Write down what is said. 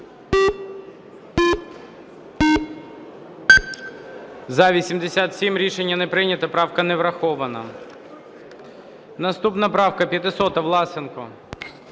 За-87 Рішення не прийнято. правка не врахована. Наступна правка 500, Власенко.